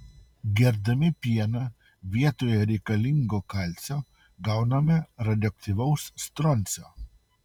gerdami pieną vietoje reikalingo kalcio gauname radioaktyvaus stroncio